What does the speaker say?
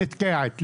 היא נתקעת.